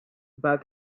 about